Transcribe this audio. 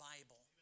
Bible